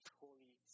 holy